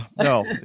no